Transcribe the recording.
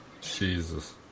Jesus